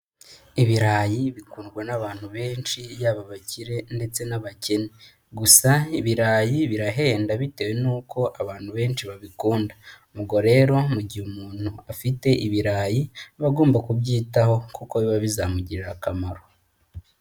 Ibirayi bikundwa n'abantu benshi yaba abakire ndetse n'abakene, gusa ibirayi birahenda bitewe nuko abantu benshi babikunda. Ubwo rero mu gihe umuntu afite ibirayi, aba agomba kubyitaho kuko biba bizamugirira akamaro.